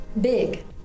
big